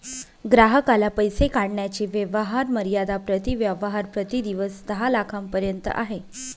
ग्राहकाला पैसे काढण्याची व्यवहार मर्यादा प्रति व्यवहार प्रति दिवस दहा लाखांपर्यंत आहे